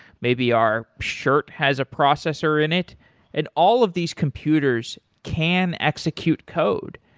maybe our shirt has a processor in it and all of these computers can execute code.